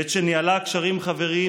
בעת שניהלה קשרים חבריים עם,